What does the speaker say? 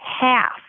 half